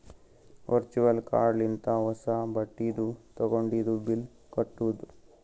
virtual card ಲಿಂತ ಹೊಸಾ ಬಟ್ಟಿದು ತಗೊಂಡಿದು ಬಿಲ್ ಕಟ್ಟುದ್